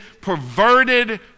perverted